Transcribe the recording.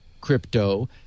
crypto